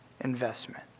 investment